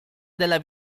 della